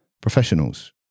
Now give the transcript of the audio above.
professionals